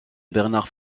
bernard